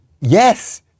Yes